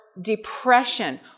depression